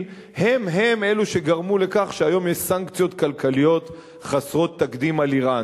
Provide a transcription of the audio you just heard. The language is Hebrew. הם-הם אלו שגרמו לכך שהיום יש סנקציות כלכליות חסרות תקדים על אירן.